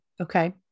Okay